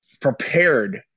prepared